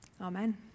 Amen